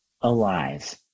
alive